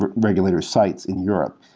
regulator sites in europe.